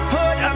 put